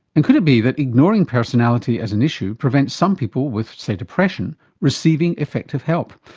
and could it be that ignoring personality as an issue prevents some people with, say, depression, receiving effective help?